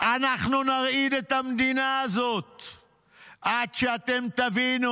"אנחנו נרעיד את האדמה הזאת עד שאתם תבינו.